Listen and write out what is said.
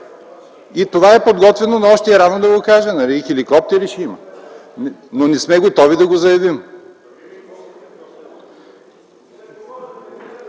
И това е подготвено, но е още рано да се каже. И хеликоптери ще има, но не сме готови да го заявим.